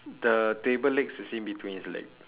the table legs is in between his leg